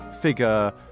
figure